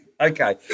okay